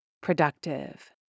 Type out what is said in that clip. productive